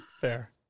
Fair